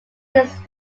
his